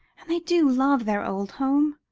and they do love their old home.